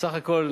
סך הכול,